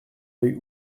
oeil